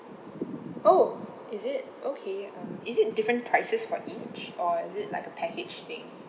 oh is it okay um is it different prices for each or is it like a package thing